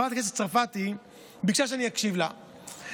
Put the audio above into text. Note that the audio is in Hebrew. חברת הכנסת צרפתי ביקשה שאני אקשיב לה,